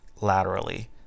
laterally